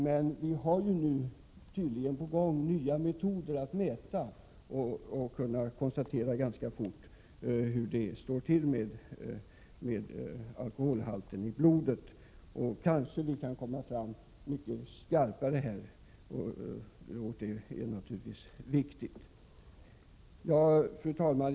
Men tydligen är vi på väg att få nya metoder att mäta alkoholhalten, vilka skall göra det möjligt att ganska snabbt få fram säkra besked om alkoholhalten i blodet. Det kan alltså bli möjligt att här få en effektivare övervakning, och det är naturligtvis viktigt. Fru talman!